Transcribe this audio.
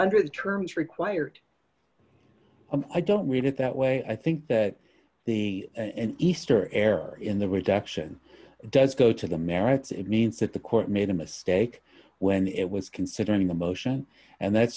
under the terms required i'm i don't read it that way i think that the easter error in the reduction does go to the merits it means that the court made a mistake when it was considering the motion and that's